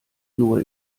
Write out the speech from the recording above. nur